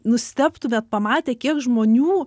nustebtumėt pamatę kiek žmonių